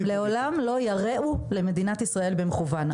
הם לעולם לא ירעו למדינת ישראל במכוון.